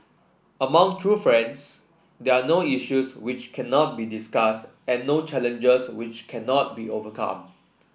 among true friends there are no issues which cannot be discussed and no challenges which cannot be overcome